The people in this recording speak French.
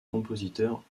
compositeur